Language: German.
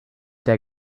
der